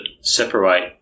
separate